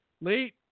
late